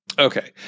Okay